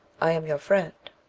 i am your friend